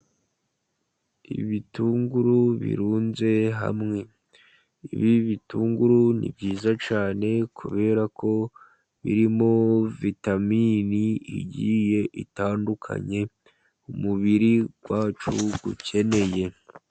Ibitunguru birunze hamwe, ibi bitunguru ni byiza cyane kubera ko birimo vitamini zigiye zitandukanye umubiri wacu ukeneye.